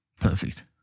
perfect